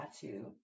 tattoo